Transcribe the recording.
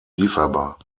lieferbar